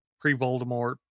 pre-Voldemort